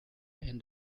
and